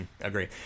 agree